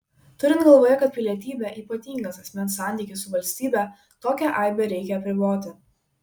turint galvoje kad pilietybė ypatingas asmens santykis su valstybe tokią aibę reikia apriboti